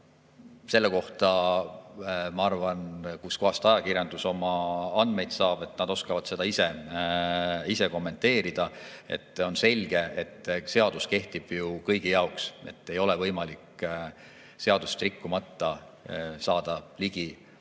te tõite – seda, kust kohast ajakirjandus oma andmeid saab, ma arvan, nad oskavad ise kommenteerida. On selge, et seadus kehtib ju kõigi jaoks, ei ole võimalik seadust rikkumata saada ligi